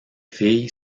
fille